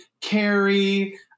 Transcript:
Carrie